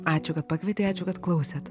ačiū kad pakvietei ačiū kad klausėt